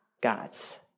God's